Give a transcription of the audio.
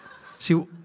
See